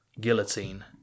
guillotine